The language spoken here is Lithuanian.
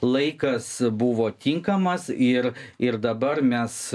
laikas buvo tinkamas ir ir dabar mes